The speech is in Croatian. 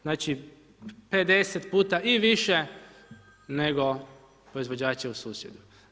Znači 50 puta i više nego proizvođači u susjedstvu.